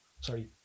sorry